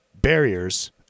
barriers